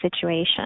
situation